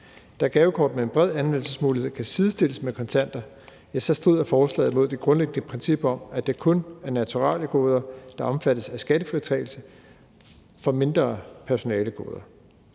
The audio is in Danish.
Da gavekort med en bred anvendelsesmulighed kan sidestilles med kontanter, strider forslaget mod det grundlæggende princip om, at det kun er naturaliegoder, der omfattes af skattefritagelse for mindre personalegoder.